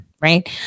Right